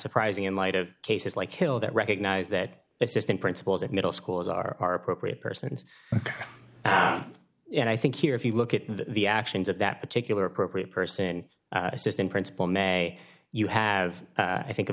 surprising in light of cases like kill that recognize that assistant principals of middle schools are appropriate persons and i think here if you look at the actions of that particular appropriate person assistant principal may you have i think